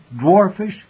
dwarfish